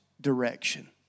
direction